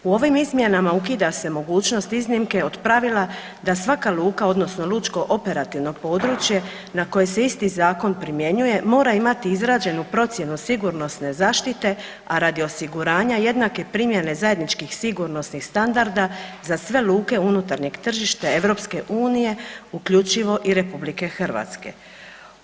U ovim izmjenama ukida se mogućnost iznimke od pravila da svaka luka, odnosno lučko operativno područje, na koje se isti Zakon primjenjuje mora imati izrađenu procjenu sigurnosne zaštite, a radi osiguranja jednake primjene zajedničkih sigurnosnih standarda, za sve luke unutarnjeg tržišta Europske unije, uključivo i Republike Hrvatske.